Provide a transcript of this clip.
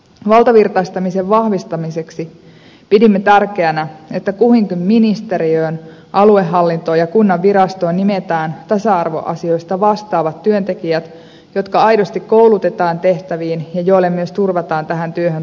valtavirtaistamisen vahvistamiseksi pidimme tärkeänä että kuhunkin ministeriöön aluehallintoon ja kunnan virastoon nimetään tasa arvoasioista vastaavat työntekijät jotka aidosti koulutetaan tehtäviin ja joille myös turvataan tähän työhön tarvittava aika